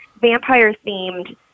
vampire-themed